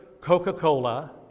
Coca-Cola